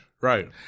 right